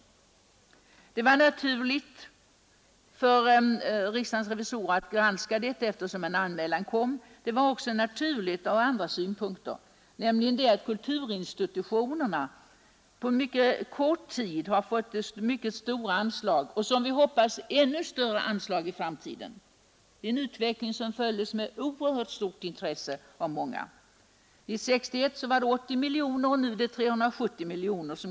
Eftersom en anmälan sålunda gjorts var det naturligt för riksdagens revisorer att granska det påtalade. Denna granskning var också motiverad ur en annan synpunkt, nämligen mot den bakgrunden att kulturinstitutionerna på en mycket kort tid har fått mycket stora anslag. Vi hoppas naturligtvis att de skall få ännu större anslag i framtiden. Detta är en utveckling som följs med oerhört stort intresse av många. År 1961 fick dessa institutioner totalt 80 miljoner kronor mot nu 370 miljoner kronor.